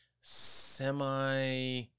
semi